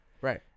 Right